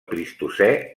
plistocè